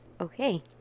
Okay